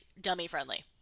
dummy-friendly